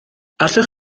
allwch